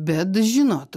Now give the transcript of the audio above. bet žinot